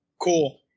cool